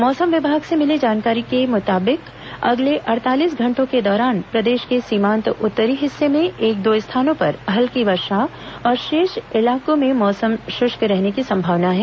मौसम विभाग से मिली जानकारी के मुताबिक अगले अड़तालीस घंटों के दौरान प्रदेश के सीमांत उत्तरी हिस्से में एक दो स्थानों पर हल्की वर्षा और शेष इलाकों में मौसम शुष्क रहने की संभावना है